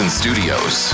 studios